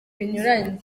binyuranye